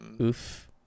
Oof